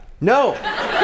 No